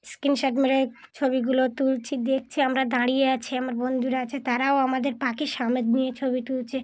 screenshot মেরে ছবিগুলো তুলছি দেখছি আমরা দাঁড়িয়ে আছি আমার বন্ধুরা আছে তারাও আমাদের পাখির সামনে নিয়ে ছবি তুলছে